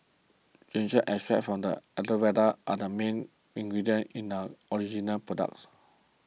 ginseng extracts from the Aloe Vera are the main ingredients in the original products